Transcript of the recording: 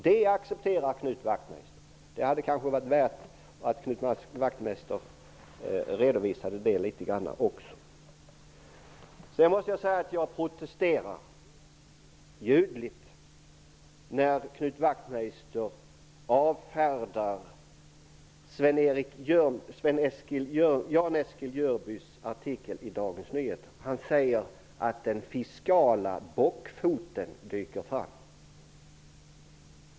Det accepterar Knut Wachtmeister. Det hade kanske varit av värde, Knut Wachtmeister, att litet grand redovisa det också! Sedan måste jag säga att jag protesterar ljudligt när Knut Wachtmeister avfärdar Jan Eskil Jörbys artikel i Dagens Nyheter. Han säger att den fiskala bockfoten dyker fram.